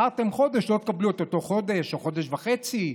איחרתם חודש, לא תקבלו את אותו חודש או חודש וחצי.